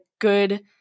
good